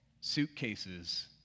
suitcases